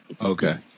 Okay